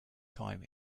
time